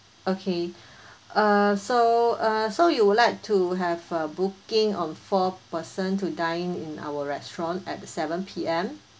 okay uh so uh so you would like to have a booking on four person to dine in our restaurant at seven P_M